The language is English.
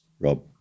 Rob